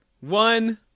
one